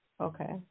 okay